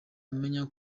amenya